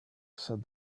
said